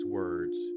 words